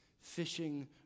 fishing